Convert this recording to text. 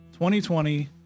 2020